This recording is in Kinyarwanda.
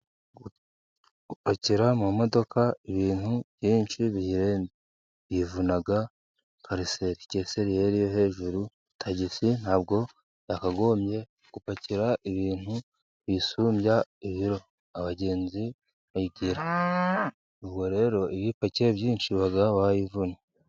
Gupakira ama modoka ibintu byinshi biyirenze, biyivuna carsetheseri yari yo hejuru, tagisi ntabwo yakagobye gupakira ibintu biyisubya ibiro, abagenzi bayigera ubwo rero iyo upakiye byinshi uba wayivunnye.